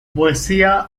poesía